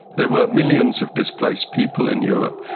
there were millions of displaced people in europe,